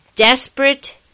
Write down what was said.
Desperate